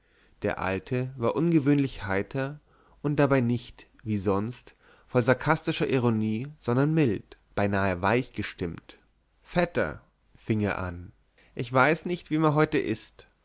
der alte war ungewöhnlich heiter und dabei nicht wie sonst voll sarkastischer ironie sondern mild beinahe weich gestimmt vetter fing er an ich weiß nicht wie mir heute ist